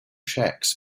checks